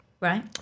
right